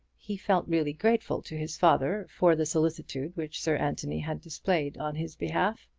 he felt really grateful to his father for the solicitude which sir anthony had displayed on his behalf.